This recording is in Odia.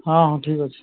ହଁ ହଁ ଠିକ୍ ଅଛେ